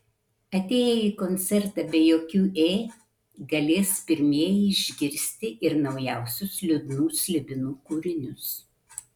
atėję į koncertą be jokių ė galės pirmieji išgirsti ir naujausius liūdnų slibinų kūrinius